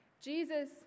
Jesus